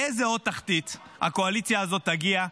לאיזו עוד תחתית הקואליציה הזאת תגיע?